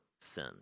sin